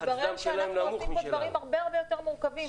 והתברר שאנחנו עושים פה דברים הרבה-הרבה יותר מורכבים,